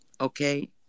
Okay